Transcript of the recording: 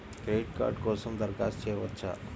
Credit card కోసం దరఖాస్తు చేయవచ్చా?